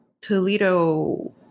Toledo